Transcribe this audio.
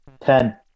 Ten